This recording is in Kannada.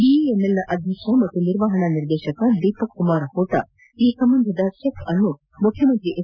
ಬಿಇಎಂಎಲ್ನ ಅಧ್ಯಕ್ಷ ಮತ್ತು ನಿರ್ವಾಹಣಾ ನಿರ್ದೇಶಕ ದೀಪಕ್ ಕುಮಾರ್ ಹೋಟಾ ಈ ಸಂಬಂಧದ ಚೆಕ್ಅನ್ನು ಮುಖ್ಯಮಂತ್ರಿ ಎಚ್